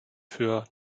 für